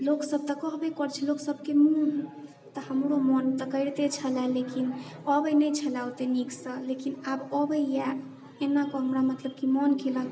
लोकसब तऽ कहबे करैत छै लोकसबके मुँह तऽ हमरो मोन तऽ करिते छलऽ लेकिन अबैत नहि छलए ओते नीकसंँ लेकिन आब अबैए एना कऽ हमरा की मतलब की मोन केलक